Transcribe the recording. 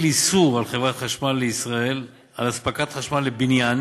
מטיל איסור על חברת החשמל לישראל לספק חשמל לבניין